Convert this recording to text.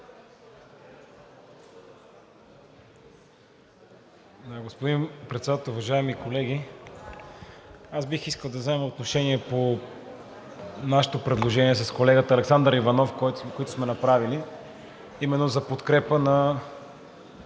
Господин Председател, уважаеми колеги! Аз бих искал да взема отношение по нашето предложение с колегата Александър Иванов, което сме направили, а именно за подкрепа на